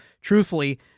truthfully